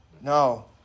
No